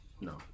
No